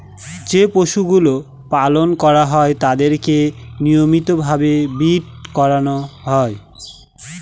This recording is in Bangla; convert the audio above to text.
যে পশুগুলো পালন করা হয় তাদেরকে নিয়মিত ভাবে ব্রীড করানো হয়